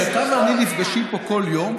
כי אתה ואני נפגשים פה כל יום,